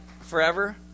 forever